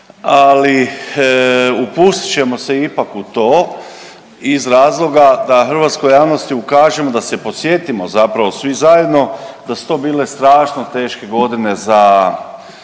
ali upustit ćemo se ipak u to iz razloga da hrvatskoj javnosti ukažemo, da se podsjetimo zapravo svi zajedno da su to bile strašno teške godine za, za